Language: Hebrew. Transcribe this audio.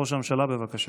ראש הממשלה, בבקשה.